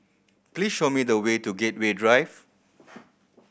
please show me the way to Gateway Drive